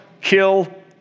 kill